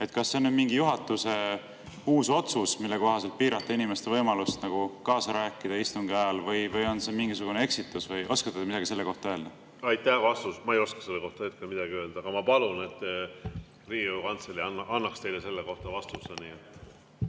Kas see on juhatuse mingi uus otsus, mille kohaselt piirata inimeste võimalust kaasa rääkida istungi ajal, või on see mingisugune eksitus? Oskate te midagi selle kohta öelda? Aitäh! Vastus: ma ei oska selle kohta hetkel midagi öelda, aga ma palun, et Riigikogu Kantselei annaks teile selle kohta vastuse.